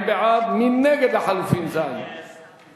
האיחוד הלאומי לסעיף 1 לא נתקבלה.